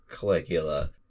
Caligula